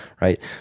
Right